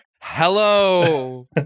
Hello